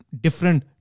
different